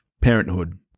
Parenthood